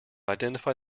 identify